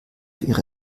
ihre